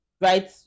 right